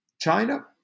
China